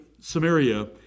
Samaria